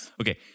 Okay